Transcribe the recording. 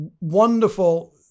wonderful